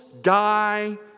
die